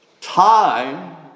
time